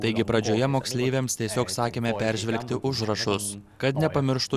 taigi pradžioje moksleiviams tiesiog sakėme peržvelgti užrašus kad nepamirštų